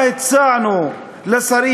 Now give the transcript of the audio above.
מה הצענו לשרים?